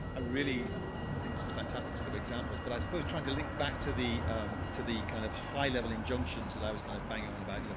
ah really i think this is fantastic sort of examples, but i suppose trying to link back to the to the kind of high level injunctions that i was kind of banging on about, you know